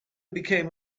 became